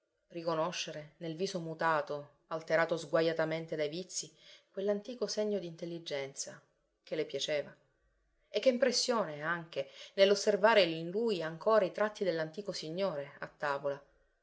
riconoscere nel viso mutato alterato sguajatamente dai vizi quell'antico segno d'intelligenza che le piaceva e che impressione anche nell'osservare in lui ancora i tratti dell'antico signore a tavola